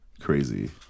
Crazy